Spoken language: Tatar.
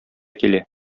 килә